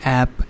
app